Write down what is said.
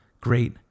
great